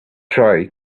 try